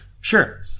Sure